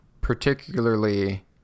particularly